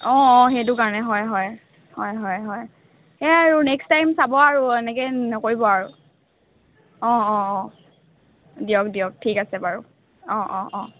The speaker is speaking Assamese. অঁ অঁ সেইটো কাৰণে হয় হয় হয় হয় হয় সেয়ে আৰু নেক্সট টাইম চাব আৰু এনেকৈ নকৰিব আৰু অঁ অঁ অঁ দিয়ক দিয়ক ঠিক আছে বাৰু অঁ অঁ অঁ